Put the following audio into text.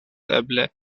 eble